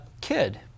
kid